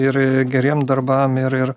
ir geriem darbam ir ir